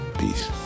Peace